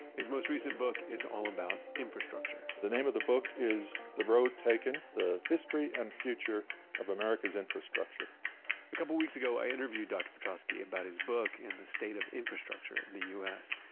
his most recent book is all about infrastructure the name of the book is the road taken, the history and future of america's infrastructure' a couple of weeks ago, i interviewed dr. petroski about his book and the state of infrastructure in the u s.